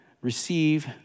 receive